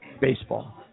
baseball